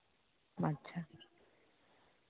ᱟᱪᱪᱷᱟ